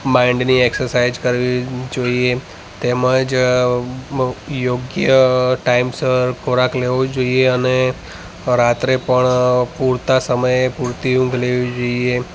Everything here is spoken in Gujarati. માઈન્ડની એકસરસાઈઝ કરવી જોઈએ તેમજ યોગ્ય ટાઈમસર ખોરાક લેવો જોઈએ અને રાત્રે પણ પૂરતાં સમયે પૂરતી ઊંઘ લેવી જોઈએ